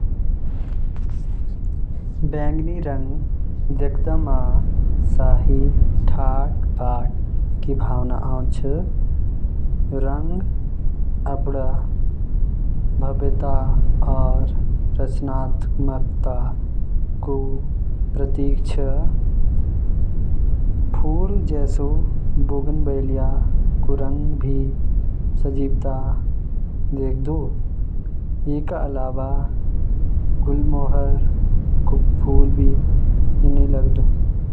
गहरा नीला रंग देखदा म समंदर क गहराई और रात क आसमान क याद आउंछ। यो रंग विश्वास, वफादारी और दृढ़ता क प्रतीक च। यु रंग अपणी गंभीरता और गहराई स प्रभावित करदा।